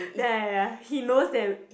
ya ya ya ya he knows that